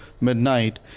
midnight